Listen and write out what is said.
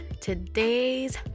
Today's